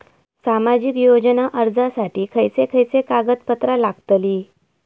सामाजिक योजना अर्जासाठी खयचे खयचे कागदपत्रा लागतली?